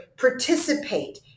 participate